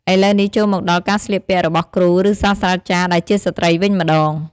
ឥឡូវនេះ ចូលមកដល់ការស្លៀកពាក់របស់គ្រូ ឬ សាស្ត្រចារ្យដែលជាស្ត្រីវិញម្ដង។